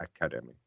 Academy